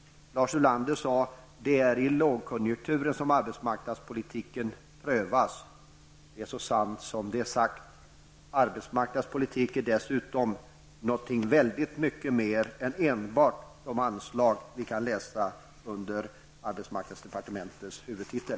Lars Ulander sade att det är i lågkonjunkturer som arbetsmarknadspolitiken prövas. Ja, det är så sant som det är sagt. Arbetsmarknadspolitik är dessutom mycket mer än så. Arbetsmarknadspolitiken handlar nämligen inte enbart om de anslag som finns under arbetsmarknadsdepartementets huvudtitel.